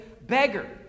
beggar